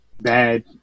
bad